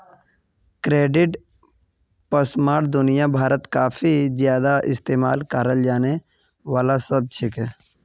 credit परामर्श दुनिया भरत काफी ज्यादा इस्तेमाल कराल जाने वाला शब्द छिके